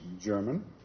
German